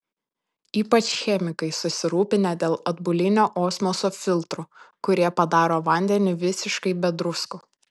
ypač chemikai susirūpinę dėl atbulinio osmoso filtrų kurie padaro vandenį visiškai be druskų